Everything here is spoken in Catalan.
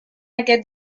aquest